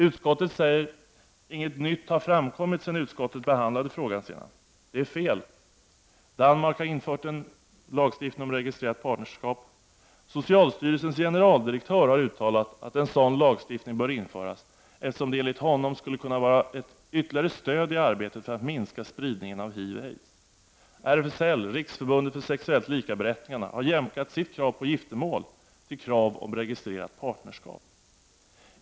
Utskottet säger: Inget nytt har framkommit sedan utskottet behandlade frågan senast. Det är fel. Danmark har infört en lagstiftning om registrerat partnerskap. Socialstyrelsens generaldirektör har uttalat att en sådan lagstiftning bör införas, eftersom det enligt honom skulle kunna vara ett ytterligare stöd i arbetet för att minska spridningen av HIV/aids. RFSL, Riksförbundet för sexuellt likaberättigande, har jämkat sitt krav på giftermål till krav på registrerat partnerskap.